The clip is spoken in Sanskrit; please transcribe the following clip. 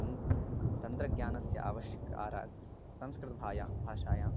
तत् तन्त्रज्ञानस्य आविष्कारात् संस्कृतभाषायां भाषायां